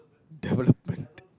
development